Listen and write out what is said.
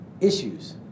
issues